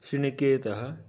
शृणिकेतः